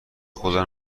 خدا